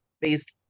based